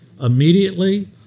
immediately